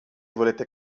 volete